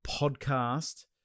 podcast